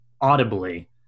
audibly